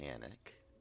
panic